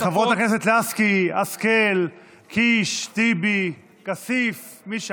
חברי הכנסת לסקי, השכל, קיש, טיבי, כסיף, מי שם?